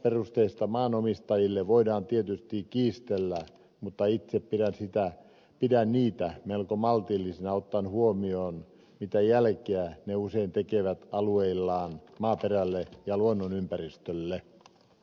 korvausperusteista maanomistajille voidaan tietysti kiistellä mutta itse pidän niitä melko maltillisina ottaen huomioon mitä jälkeä ne usein tekevät alueillaan maaperälle ja luonnonympäristölle